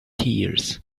tears